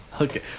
Okay